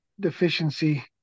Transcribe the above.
Deficiency